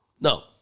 No